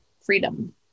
freedom